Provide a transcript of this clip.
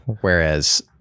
Whereas